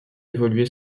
évoluer